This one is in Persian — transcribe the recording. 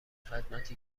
خدمتی